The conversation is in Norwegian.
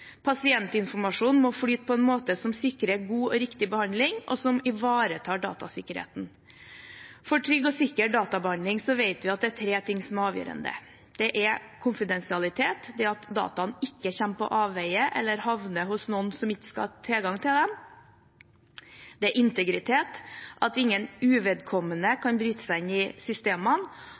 Pasientinformasjonen må flyte på en måte som sikrer god og riktig behandling, og som ivaretar datasikkerheten. For trygg og sikker databehandling vet vi at tre ting er avgjørende: Det er konfidensialitet – at dataene ikke kommer på avveier eller havner hos noen som ikke skal ha tilgang til dem. Det er integritet – at ingen uvedkommende kan bryte seg inn i systemene.